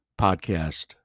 podcast